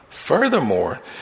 Furthermore